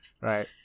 Right